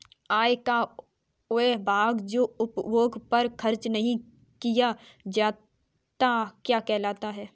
आय का वह भाग जो उपभोग पर खर्च नही किया जाता क्या कहलाता है?